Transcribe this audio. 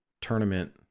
tournament